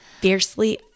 fiercely